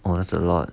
!wah! that's a lot